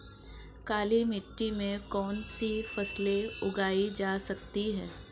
काली मिट्टी में कौनसी फसलें उगाई जा सकती हैं?